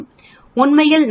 உண்மையில் நாம் இதை 95